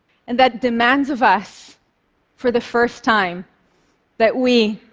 and that demands of us for the first time that we